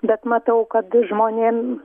bet matau kad žmonėm